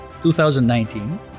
2019